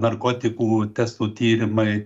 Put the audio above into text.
narkotikų testų tyrimai